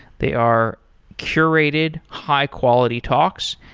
they are curated high quality talks,